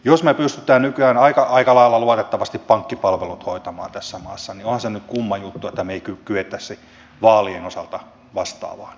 jos me pystymme nykyään aika lailla luotettavasti pankkipalvelut hoitamaan tässä maassa niin onhan se nyt kumma juttu että me emme kykenisi vaalien osalta vastaavaan